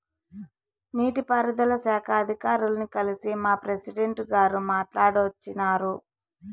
నీటి పారుదల శాఖ అధికారుల్ని కల్సి మా ప్రెసిడెంటు గారు మాట్టాడోచ్చినారు